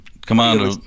commander